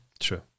sure